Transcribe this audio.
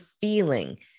feeling